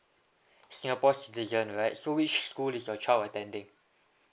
singapore citizen right so which school is your child attending